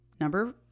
number